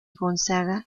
gonzaga